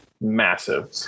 massive